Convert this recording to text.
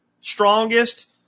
strongest